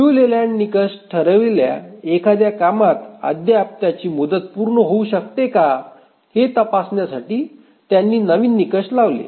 लियू लेलँड निकष ठरविलेल्या एखाद्या कामात अद्याप त्याची मुदत पूर्ण होऊ शकते का हे तपासण्यासाठी त्यांनी नवीन निकष लावले